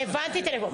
הבנתי את הנקודה.